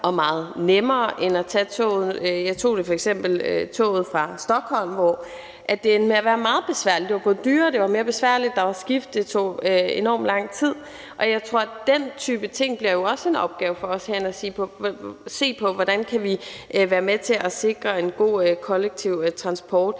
og meget nemmere end at tage toget. Jeg tog f.eks. toget fra Stockholm, og der endte det med at være meget besværligt. Det var både dyrere og mere besværligt. Der var skift. Det tog enormt lang tid. Jeg tror, at den type ting jo også bliver en opgave for os herinde at se på. Vi skal se på, hvordan vi kan være med til at sikre en god kollektiv transport.